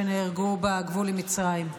שנהרגו בגבול עם מצרים.